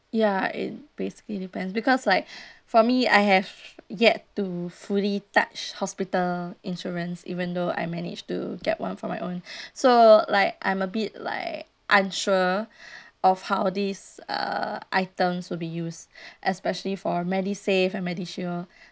ya it basically depends because like for me I have yet to fully touch hospital insurance even though I managed to get one for my own so like I'm a bit like unsure of how these uh items will be used especially for medisave and medishield